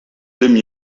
demi